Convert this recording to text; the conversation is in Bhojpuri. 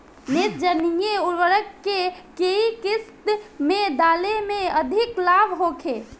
नेत्रजनीय उर्वरक के केय किस्त में डाले से अधिक लाभ होखे?